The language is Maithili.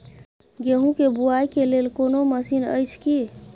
गेहूँ के बुआई के लेल कोनो मसीन अछि की?